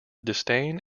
disdain